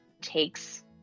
takes